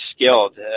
skilled